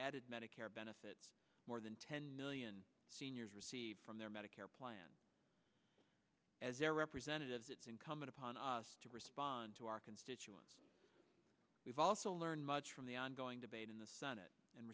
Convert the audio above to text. added medicare benefit more than ten million from their medicare plan as their representatives it's incumbent upon us to respond to our constituents we've also learned much from the ongoing debate in the senate and